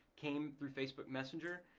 came through facebook messenger.